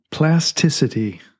Plasticity